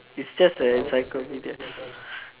is just an encyclopedia